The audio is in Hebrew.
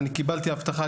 אני קיבלתי הבטחה,